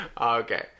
okay